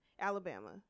Alabama